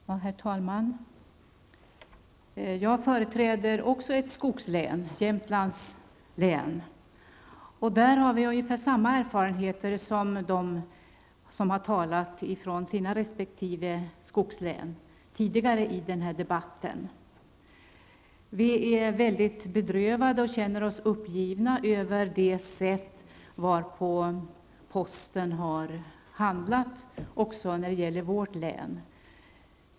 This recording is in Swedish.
Herr talman! Jag företräder också ett skogslän, Jämtlands län. Vi har där ungefär samma erfarenheter som de som har talat för sina resp. skogslän tidigare i denna debatt. Vi är mycket bedrövade och känner oss uppgivna över det sätt varpå posten har handlat även när det gäller vårt län.